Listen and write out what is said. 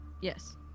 Yes